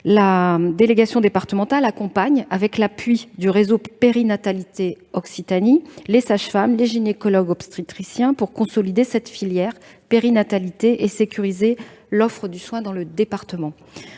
La délégation départementale accompagne, avec l'appui du réseau de périnatalité Occitanie, les sages-femmes et les gynécologues-obstétriciens pour consolider la filière périnatalité et sécuriser l'offre de soins dans le département.